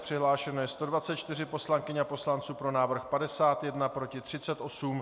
Přihlášeno je 124 poslankyň a poslanců, pro návrh 51, proti 38.